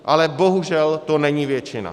Ale bohužel to není většina.